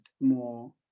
more